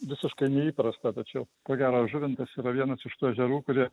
visiškai neįprasta tačiau ko gero žuvintas yra vienas iš tų ežerų kurie